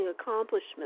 accomplishments